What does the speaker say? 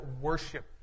worship